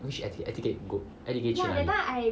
which air tic~ air ticket you go air ticket 去哪里